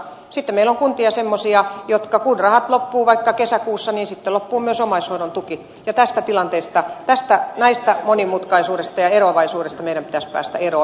sitten meillä on semmoisia kuntia että kun rahat loppuvat vaikka kesäkuussa niin sitten loppuu myös omaishoidon tuki ja tästä tilanteesta ja tästä monimutkaisuudesta ja eroavaisuudesta meidän pitäisi päästä eroon